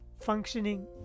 functioning